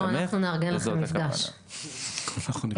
טוב, אנחנו נארגן לכם מפגש.